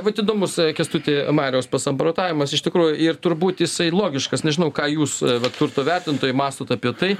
vat įdomus kęstuti mariaus pasamprotavimas iš tikrųjų ir turbūt jisai logiškas nežinau ką jūs va turto vertintojai mąstot apie tai